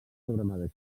sobre